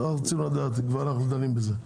אנחנו דנים בזה.